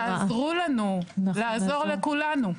תעזרו לנו לעזור לכולנו.